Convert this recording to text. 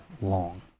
long